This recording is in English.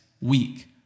week